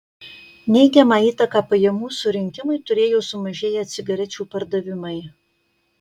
neigiamą įtaką pajamų surinkimui turėjo sumažėję cigarečių pardavimai